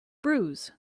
bruise